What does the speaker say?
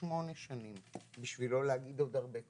שמונה שנים בשביל לא להגיד עוד הרבה קודם.